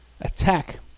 attack